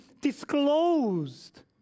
disclosed